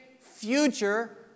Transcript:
future